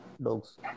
dogs